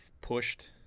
pushed